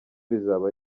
rizaba